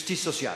justice sociale.